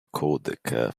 codec